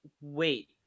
Wait